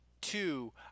Two